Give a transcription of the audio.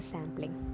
Sampling